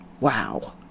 Wow